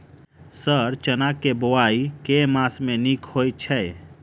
Sir चना केँ बोवाई केँ मास मे नीक होइ छैय?